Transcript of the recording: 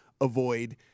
avoid